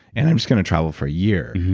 and i'm just going to travel for a year.